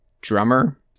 drummer